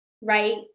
right